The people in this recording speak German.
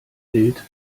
bild